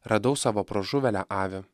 radau savo pražuvėlę avį